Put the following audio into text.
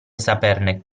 saperne